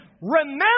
remember